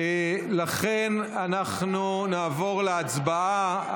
לכן אנחנו נעבור להצבעה.